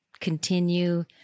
continue